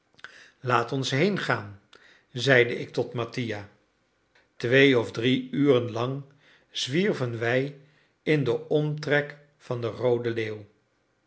laat ons heengaan zeide ik tot mattia twee of drie uren lang zwierven wij in den omtrek van de roode leeuw